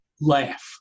laugh